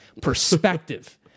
perspective